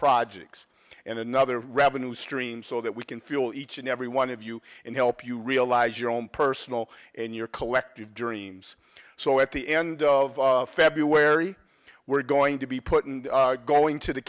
projects and another revenue stream so that we can feel each and every one of you and help you realize your own personal and your collective during so at the end of february we're going to be put in going to the